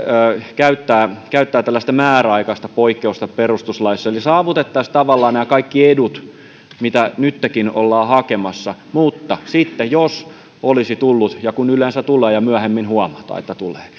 käyttää käyttää tällaista määräaikaista poikkeusta perustuslaissa eli saavutettaisiin tavallaan nämä kaikki edut mitä nyttenkin ollaan hakemassa mutta sitten jos olisi tullut ja kun yleensä tulee ja myöhemmin huomataan että tulee